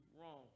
wrong